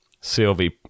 Sylvie